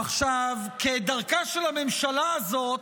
עכשיו, כדרכה של הממשלה הזאת,